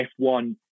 F1